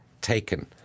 taken